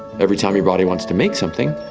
every time your body wants to make something,